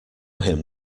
him